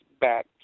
back